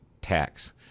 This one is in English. tax